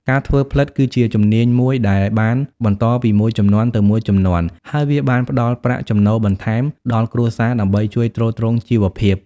ការធ្វើផ្លិតគឺជាជំនាញមួយដែលបានបន្តពីមួយជំនាន់ទៅមួយជំនាន់ ហើយវាបានផ្តល់ប្រាក់ចំណូលបន្ថែមដល់គ្រួសារដើម្បីជួយទ្រទ្រង់ជីវភាព។